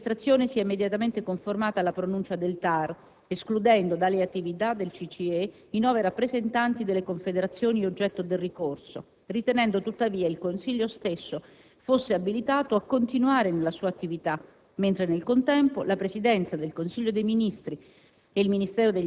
Questa amministrazione si è immediatamente conformata alla pronuncia del TAR, escludendo dalle attività del CGIE i nove rappresentanti delle Confederazioni oggetto del ricorso, ritenendo tuttavia che il Consiglio stesso fosse abilitato a continuare la sua attività, mentre nel contempo la Presidenza Consiglio dei ministri